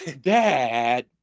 Dad